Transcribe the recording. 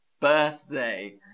birthday